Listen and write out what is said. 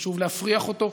נשוב להפריח אותו.